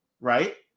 right